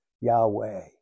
Yahweh